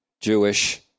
Jewish